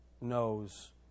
knows